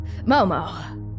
Momo